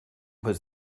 was